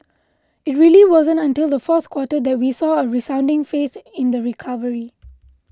it really wasn't until the fourth quarter that we saw a resounding faith in the recovery